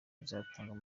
bizatangwa